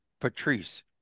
Patrice